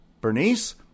Bernice